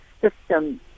system